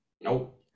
Nope